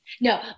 No